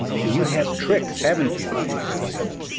and you have trix, haven't you? she exclaimed,